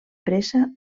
pressa